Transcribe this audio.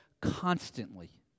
constantly